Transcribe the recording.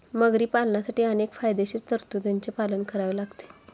मगरी पालनासाठी अनेक कायदेशीर तरतुदींचे पालन करावे लागते